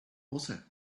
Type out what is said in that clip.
butter